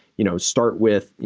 you know, start with, you